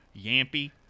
Yampy